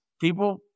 people